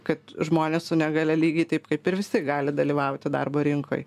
kad žmonės su negalia lygiai taip kaip ir visi gali dalyvauti darbo rinkoj